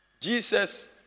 Jesus